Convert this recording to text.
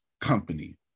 company